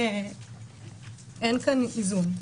אין כאן איזון.